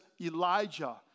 Elijah